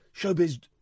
showbiz